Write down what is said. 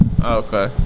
Okay